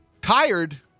tired